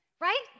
right